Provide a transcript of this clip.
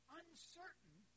uncertain